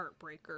Heartbreaker